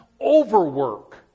overwork